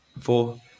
four